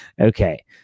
Okay